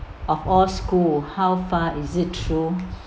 of all school how far is it true